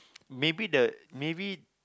maybe the maybe